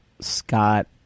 Scott